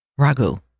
ragu